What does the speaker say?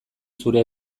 zure